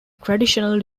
traditional